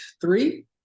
three